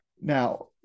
Now